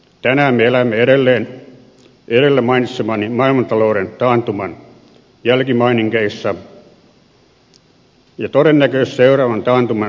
tänään me elämme edelleen edellä mainitsemani maailmantalouden taantuman jälkimainingeissa ja todennäköisesti seuraavan taantuman alkumetreillä